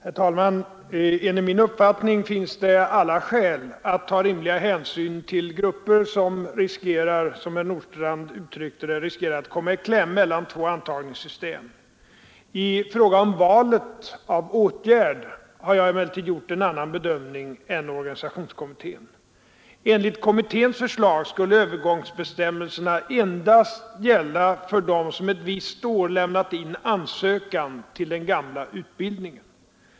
Herr talman! Enligt min uppfattning finns det alla skäl att ta rimliga hänsyn till grupper som riskerar — som herr Nordstrandh uttryckte det — att komma i kläm mellan två antagningssystem, I fråga om valet av åtgärder har jag emellertid gjort en annan bedömning än organisationskommittén. Enligt kommitténs förslag skulle övergångsbestämmelserna endast gälla för dem som under ett visst år lämnat in ansökan till den gamla utbildningen.